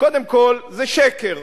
קודם כול זה שקר.